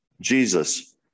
Jesus